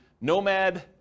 Nomad